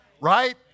right